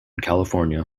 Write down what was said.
california